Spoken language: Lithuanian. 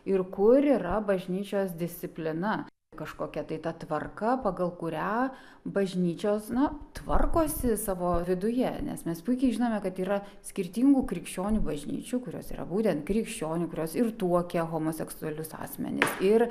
ir kur yra bažnyčios disciplina kažkokia tai ta tvarka pagal kurią bažnyčios na tvarkosi savo viduje nes mes puikiai žinome kad yra skirtingų krikščionių bažnyčių kurios yra būtent krikščionių kurios ir tuokia homoseksualius asmenis ir